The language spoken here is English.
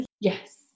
Yes